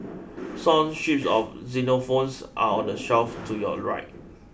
son sheets of xylophones are on the shelf to your right